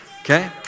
okay